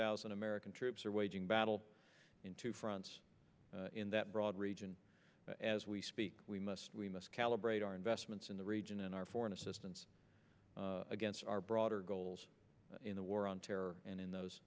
thousand american troops are waging battle in two fronts in that broad region as we speak we must we must calibrate our investments in the region and our foreign assistance against our broader goals in the war on terror and in those